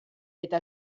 eta